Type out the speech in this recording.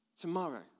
tomorrow